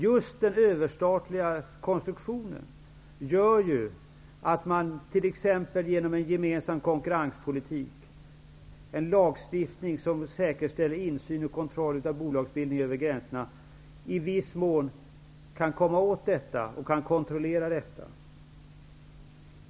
Just den överstatliga konstruktionen gör ju att man t.ex. genom en gemensam konkurrenspolitik, en lagstiftning som säkerställer insyn och kontroll av bolagsbildning över gränserna, i viss mån kan komma åt och kontrollera detta.